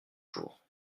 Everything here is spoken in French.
jours